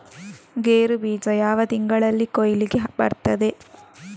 ಗೇರು ಬೀಜ ಯಾವ ತಿಂಗಳಲ್ಲಿ ಕೊಯ್ಲಿಗೆ ಬರ್ತದೆ?